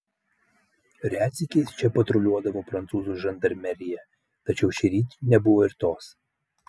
retsykiais čia patruliuodavo prancūzų žandarmerija tačiau šįryt nebuvo ir tos